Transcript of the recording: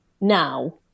now